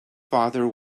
father